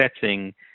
setting